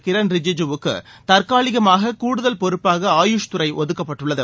கிரண் ரிஜிஜுவுக்கு தற்காலிகமாக கூடுதல் பொறுப்பாக ஆயுஷ் துறை ஒதுக்கப்பட்டுள்ளது